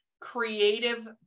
creative